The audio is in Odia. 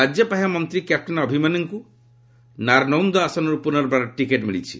ରାଜ୍ୟପାହ୍ୟା ମନ୍ତ୍ରୀ କ୍ୟାପ୍ଟେନ୍ ଅଭିମନ୍ୟୁଙ୍କୁ ନାରନୌନ୍ଦ୍ ଆସନରୁ ପୁନର୍ବାର ଟିକେଟ୍ ଦିଆଯାଇଛି